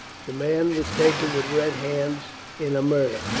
the man was taken with red hands in a murder.